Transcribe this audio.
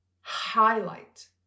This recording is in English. highlight